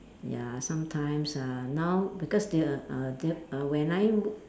ya sometimes ah now because there are uh the uh when I mo~